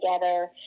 together